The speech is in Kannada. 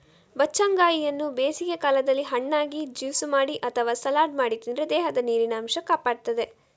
ಬಚ್ಚಂಗಾಯಿಯನ್ನ ಬೇಸಿಗೆ ಕಾಲದಲ್ಲಿ ಹಣ್ಣಾಗಿ, ಜ್ಯೂಸು ಮಾಡಿ ಅಥವಾ ಸಲಾಡ್ ಮಾಡಿ ತಿಂದ್ರೆ ದೇಹದ ನೀರಿನ ಅಂಶ ಕಾಪಾಡ್ತದೆ